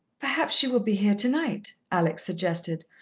perhaps she will be here tonight, alex suggested,